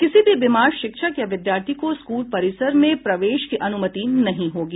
किसी भी बीमार शिक्षक या विद्यार्थी को स्कूल परिसर में प्रवेश की अनुमति नहीं होगी